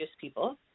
people